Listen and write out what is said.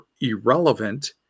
irrelevant